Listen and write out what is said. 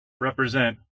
represent